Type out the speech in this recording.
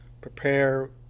Prepare